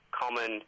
common